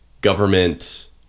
government